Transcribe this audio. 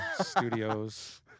Studios